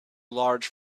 large